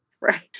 Right